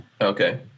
Okay